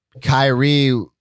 Kyrie